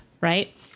right